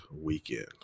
weekend